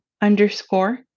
underscore